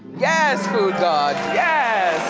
yes, foodgod. yeah